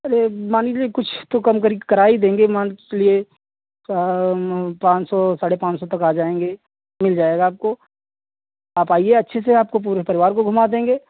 चलिए मान के चलिए कुछ तो कम कर करा ही देंगे मानकर चलिए हम पाँच सौ साढ़े पाँच सौ तक आ जाएंगे मिल जाएगा आपको आप आइए अच्छे से आपको पूरे परिवार को घुमा देंगे